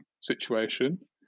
situation